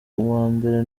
mbere